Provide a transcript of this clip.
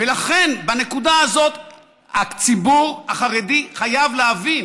ולכן, בנקודה הזאת הציבור החרדי חייב להבין: